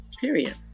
Period